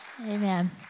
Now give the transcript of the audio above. Amen